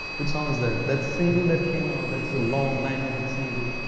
what song is that? that single that came out that's a long nine minute single.